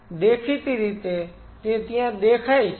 તેથી દેખીતી રીતે તે ત્યાં દેખાય છે